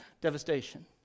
devastation